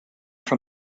from